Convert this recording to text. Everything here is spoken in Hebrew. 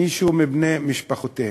מישהו מבני משפחותיהן.